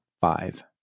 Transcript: five